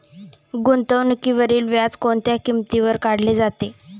गुंतवणुकीवरील व्याज कोणत्या किमतीवर काढले जाते?